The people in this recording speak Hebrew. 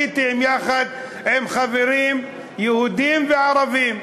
הייתי יחד עם חברים יהודים וערבים.